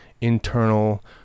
internal